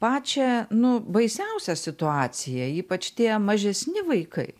pačią nu baisiausią situaciją ypač tie mažesni vaikai